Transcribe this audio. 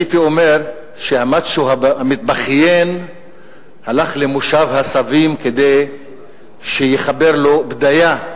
הייתי אומר שהמאצ'ו המתבכיין הלך למושב הסבים כדי שיחבר לו בדיה,